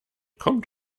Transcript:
kommt